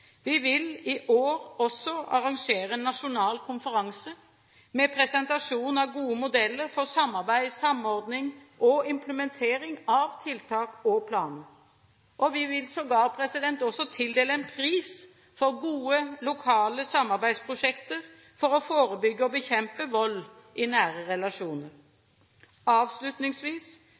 Vi vil i år også arrangere en nasjonal konferanse med presentasjon av gode modeller for samarbeid, samordning og implementering av tiltak og planer. Vi vil sågar tildele en pris for gode lokale samarbeidsprosjekter for å forebygge og bekjempe vold i nære relasjoner. Avslutningsvis